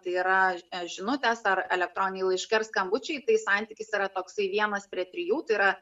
tai yra žinutės ar elektroniniai laiškai ar skambučiai tai santykis yra toksai vienas prie trijų tai yra